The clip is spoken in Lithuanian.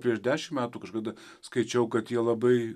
prieš dešim metų kažkada skaičiau kad jie labai